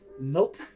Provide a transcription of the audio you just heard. Nope